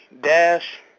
dash